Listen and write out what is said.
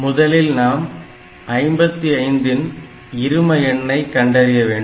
முதலில் நாம் 55 ன் இருமஎண்ணை கண்டறிய வேண்டும்